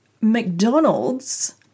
McDonald's